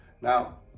Now